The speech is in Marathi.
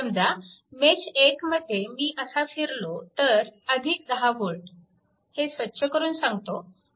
समजा मेश 1 मध्ये मी असा फिरलो तर 10 V हे स्वच्छ करून सांगतो